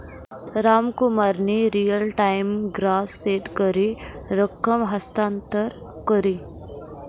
रामकुमारनी real time gross set करी रकम हस्तांतर करी